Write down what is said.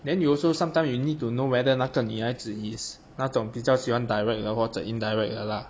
then you also sometime you need to know whether 那个女孩子 is 那种比较喜欢 direct 的话或者 indirect 的啦